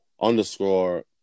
underscore